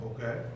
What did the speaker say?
Okay